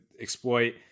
exploit